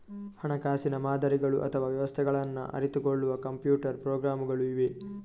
ಹಣಕಾಸಿನ ಮಾದರಿಗಳು ಅಥವಾ ವ್ಯವಸ್ಥೆಗಳನ್ನ ಅರಿತುಕೊಳ್ಳುವ ಕಂಪ್ಯೂಟರ್ ಪ್ರೋಗ್ರಾಮುಗಳು ಇವೆ